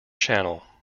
channel